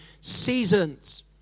Seasons